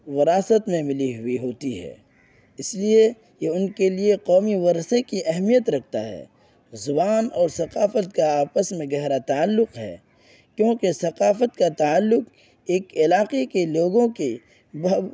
وراثت میں ملی ہوئی ہوتی ہے اس لیے یہ ان کے لیے قومی ورثے کی اہمیت رکھتا ہے زبان اور ثقافت کا آپس میں گہرا تعلق ہے کیونکہ ثقافت کا تعلق ایک علاقے کے لوگوں کے